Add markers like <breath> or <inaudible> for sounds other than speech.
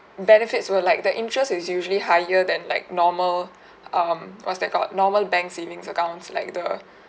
benefits were like the interest is usually higher than like normal <breath> um what's that called normal bank savings accounts like the <breath>